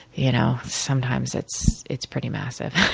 you know sometimes it's it's pretty massive.